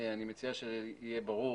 אני מציע שיהיה ברור